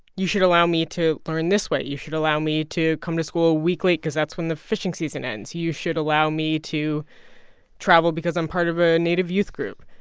you should allow me to learn this way. you should allow me to come to school a week late because that's when the fishing season ends. you should allow me to travel because i'm part of a native youth group.